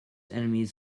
enemies